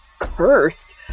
Cursed